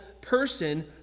person